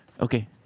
Okay